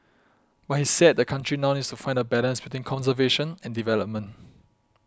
but he said the country now needs to find a balance between conservation and development